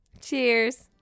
Cheers